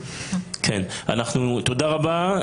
תודה רבה.